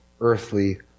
earthly